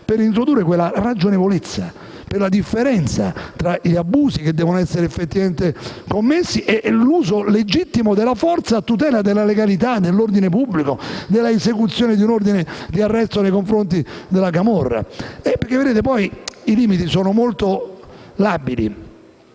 per introdurre quella ragionevolezza sulla differenza tra gli abusi, che non devono essere effettivamente commessi, e l'uso legittimo della forza a tutela della legalità, dell'ordine pubblico, dell'esecuzione di un ordine di arresto nei confronti della camorra. I limiti sono molto labili.